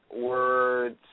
words